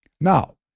Now